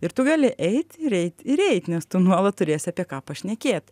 ir tu gali eit ir eit ir eit nes tu nuolat turėsi apie ką pašnekėt